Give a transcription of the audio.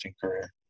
career